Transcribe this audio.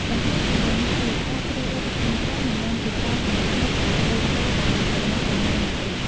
បន្ថែមពីលើនេះទៀត ការជ្រើសរើសប្រធានក្រុមមិនមែនជាការសម្រេចចិត្តដែលត្រូវធ្វើដោយប្រញាប់ប្រញាល់នោះទេ។